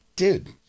Dude